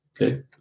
Okay